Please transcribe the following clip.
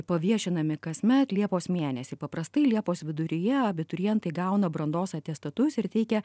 paviešinami kasmet liepos mėnesį paprastai liepos viduryje abiturientai gauna brandos atestatus ir teikia